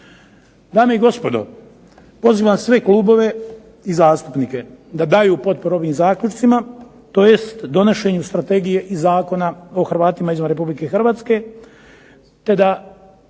Dame i gospodo, pozivam sve klubove i zastupnike da daju potporu ovim zaključcima tj. donošenju strategije i Zakona o Hrvatima izvan Republike Hrvatske te da